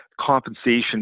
compensation